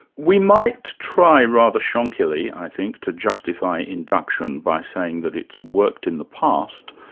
we might try, rather shonkily i think, to justify induction by saying that it's worked in the past,